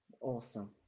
Awesome